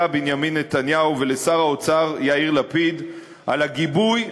בנימין נתניהו ולשר האוצר יאיר לפיד על הגיבוי,